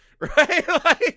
Right